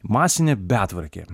masinė betvarkė